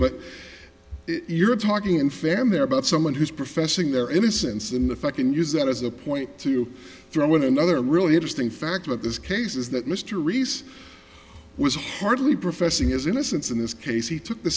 but you're talking unfair and they're about someone who's professing their innocence and the fact can use that as a point to throw in another really interesting fact about this case is that mr reese was hardly professing his innocence in this case he took the